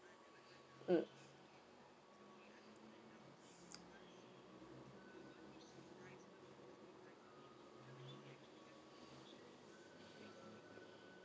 mm